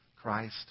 Christ